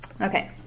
Okay